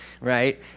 right